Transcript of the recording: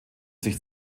sich